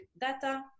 data